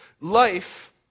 Life